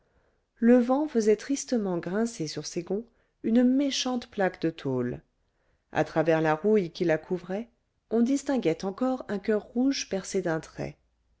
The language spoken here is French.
le vent faisait tristement grincer sur ses gonds une méchante plaque de tôle à travers la rouille qui la couvrait on distinguait encore un coeur rouge percé d'un trait